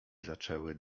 zaczęły